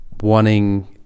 wanting